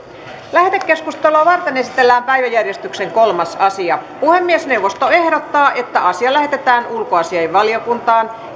lähetekeskustelua varten esitellään päiväjärjestyksen kolmas asia puhemiesneuvosto ehdottaa että asia lähetetään ulkoasiainvaliokuntaan